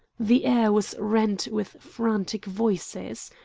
the air was rent with frantic voices.